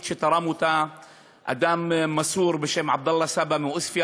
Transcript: שתרם אדם מסור בשם עבדאללה סאבא מעוספיא